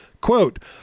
Quote